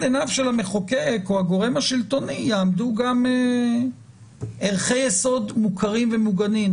עיניו של המחוקק או של הגורם השלטוני יעמדו גם ערכי יסוד מוכרים ומוגנים.